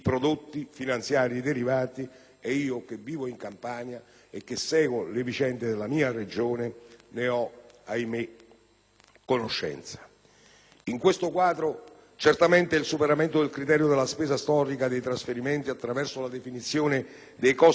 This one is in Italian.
Io che vivo in Campania e seguo le vicende della mia Regione ne ho - ahimè - conoscenza. In questo quadro, certamente il superamento del criterio della spesa storica dei trasferimenti attraverso la definizione dei costi standard dei servizi essenziali,